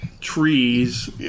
trees